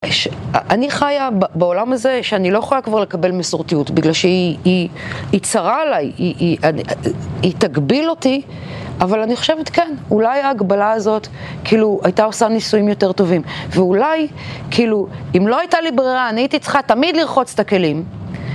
אני חיה בעולם הזה שאני לא יכולה כבר לקבל מסורתיות בגלל שהיא, היא, היא צרה עליי, היא, היא תגביל אותי אבל אני חושבת כן, אולי ההגבלה הזאת כאילו הייתה עושה נישואים יותר טובים ואולי כאילו אם לא הייתה לי ברירה, אני הייתי צריכה תמיד לרחוץ את הכלים